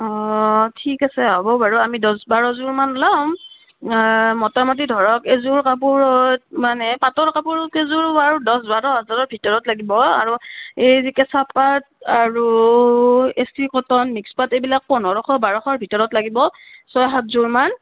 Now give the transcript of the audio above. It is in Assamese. অঁ ঠিক আছে হ'ব বাৰু আমি দহ বাৰযোৰ মান ল'ম মোটামোটি ধৰক এযোৰ কাপোৰত মানে পাটৰ কাপোৰ কেইযোৰ বাৰু দহ বাৰ হাজাৰৰ ভিতৰত লাগিব আৰু এই যে কেঁচা পাট আৰু এ চি কটন মিক্স পাট এইবিলাক পোন্ধৰশ বাৰশৰ ভিতৰত লাগিব ছয় সাতযোৰ মান